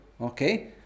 Okay